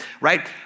Right